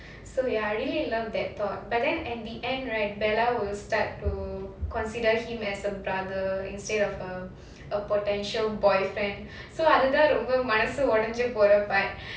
so ya I really love that thought but then at the end right bella will start to consider him as a brother instead of a a potential boyfriend so அதுதா ரொம்ப:adhudha romba